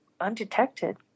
undetected